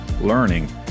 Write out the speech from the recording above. learning